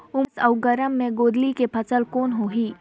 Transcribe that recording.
उमस अउ गरम मे गोंदली के फसल कौन होही?